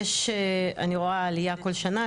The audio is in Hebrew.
אני רואה עלייה כל שנה,